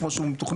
כמו שהוא מתוכנן,